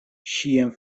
ŝian